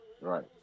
Right